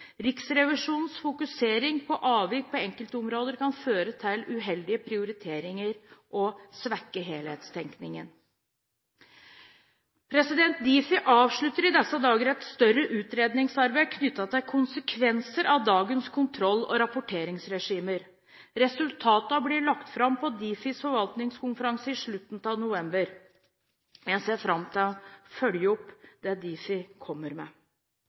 Riksrevisjonens fokusering på avvik på enkeltområder kan føre til uheldige prioriteringer og svekke helhetstenkningen.» Difi avslutter i disse dager et større utredningsarbeid knyttet til konsekvenser av dagens kontroll- og rapporteringsregimer. Resultatene blir lagt fram på Difis forvaltningskonferanse i slutten av november. Jeg ser fram til å følge opp det Difi kommer med.